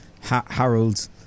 Harold